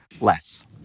less